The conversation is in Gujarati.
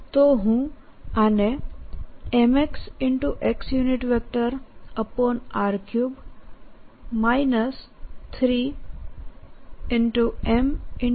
તો હુંઆને mx xr3 3 m